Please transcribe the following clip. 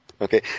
Okay